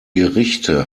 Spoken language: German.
gerichte